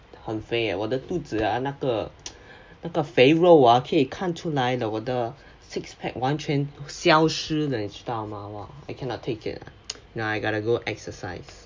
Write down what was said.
!wah! 很肥 eh 我的肚子 ah 那个那个肥肉 ah 可以看出来了我的 six pack 完全消失了你知道 mah I cannot take it now I gotta go exercise